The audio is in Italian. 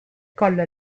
collo